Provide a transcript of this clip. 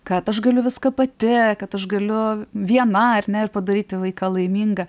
kad aš galiu viską pati kad aš galiu viena ar ne ir padaryti vaiką laimingą